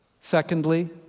Secondly